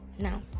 now